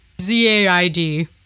Z-A-I-D